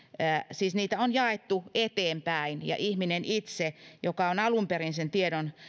siis niitä on jaettu eteenpäin ja se ihminen itse joka on alun perin sen tiedon antanut